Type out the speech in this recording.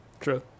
True